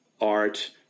art